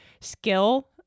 skill